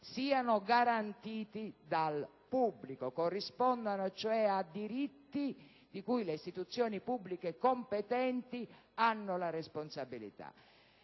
siano garantiti dal pubblico e corrispondano a diritti di cui le istituzioni pubbliche competenti hanno la responsabilità.